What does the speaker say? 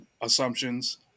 assumptions